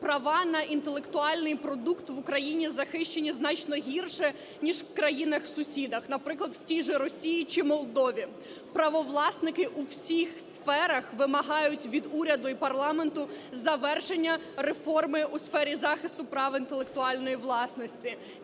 Права на інтелектуальний продукт в Україні захищені значно гірше, ніж в країнах-сусідах, наприклад в тій же Росії чи Молдові. Правовласники у всіх сферах вимагають від уряду і парламенту завершення реформи у сфері захисту прав інтелектуальної власності.